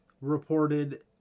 reported